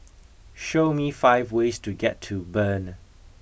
show me five ways to get to Bern